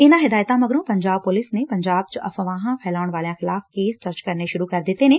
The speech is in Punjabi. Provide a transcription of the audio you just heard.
ਇਨਾਂ ਹਦਾਇਤਾਂ ਮਗਰੋਂ ਪੰਜਾਬ ਪੁਲਿਸ ਨੇ ਪੰਜਾਬ ਚ ਅਫ਼ਵਾਹਾਂ ਫੈਲਾਉਣ ਵਾਲਿਆਂ ਖਿਲਾਫ਼ ਕੇਸ ਦਰਜ ਕਰਕੇ ਸੁਰੁ ਕਰ ਦਿੱਤੇ ਨੇ